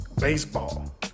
Baseball